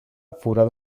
forada